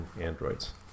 androids